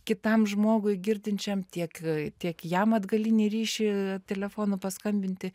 kitam žmogui girdinčiam tiek tiek jam atgalinį ryšį telefonu paskambinti